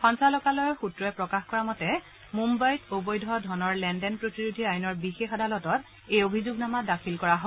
সঞ্চালকালয়ৰ সূত্ৰই প্ৰকাশ কৰা মতে মুম্বাইত অবৈধ ধনৰ লেনদেন প্ৰতিৰোধী আইনৰ বিশেষ আদালতত এই অভিযোগনামা দাখিল কৰা হয়